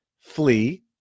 flee